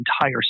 entire